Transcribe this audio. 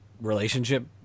relationship